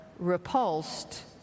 repulsed